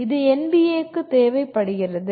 இது NBA க்கு தேவைப்படுகிறது